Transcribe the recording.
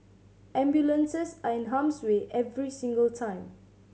ambulances are in harm's way every single time